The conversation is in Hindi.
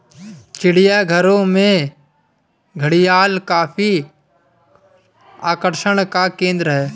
चिड़ियाघरों में घड़ियाल काफी आकर्षण का केंद्र है